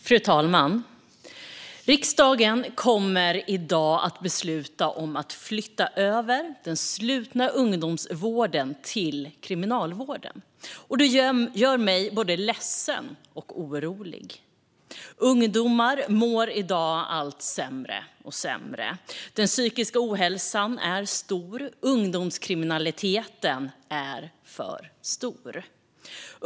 Fru talman! Riksdagen kommer i dag att besluta om att flytta över den slutna ungdomsvården till Kriminalvården. Det gör mig både ledsen och orolig. Översyn av regleringen om sluten ungdoms-vård Ungdomar mår i dag allt sämre och sämre. Den psykiska ohälsan är stor. Ungdomskriminaliteten är för stor.